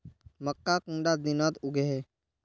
मक्का कुंडा दिनोत उगैहे?